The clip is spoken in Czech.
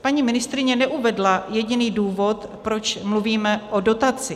Paní ministryně neuvedla jediný důvod, proč mluvíme o dotaci.